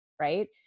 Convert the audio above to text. right